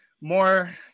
more